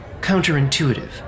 counterintuitive